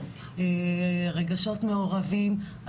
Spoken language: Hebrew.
רגשות מעורבים.